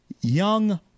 young